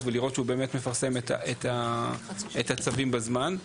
ולראות שהוא באמת מפרסם את הצווים בזמן.